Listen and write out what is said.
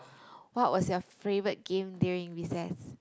what was your favourite game during recess